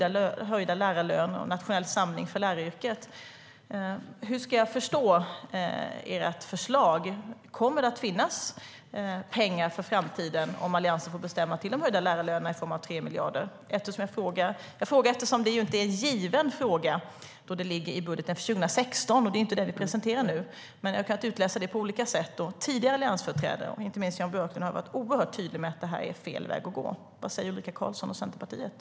Det gäller höjda lärarlöner och en nationell samling för läraryrket. Hur ska jag förstå ert förslag? Kommer det att finnas pengar för framtiden, om Alliansen får bestämma, till de höjda lärarlönerna i form av 3 miljarder? Jag frågar eftersom det inte är en given fråga, då det ligger i budgeten för 2016, och det är inte den vi presenterar nu. Men jag har kunnat utläsa det på olika sätt. Och tidigare alliansföreträdare, inte minst Jan Björklund, har varit oerhört tydliga med att det här är fel väg att gå. Vad säger Ulrika Carlsson och Centerpartiet?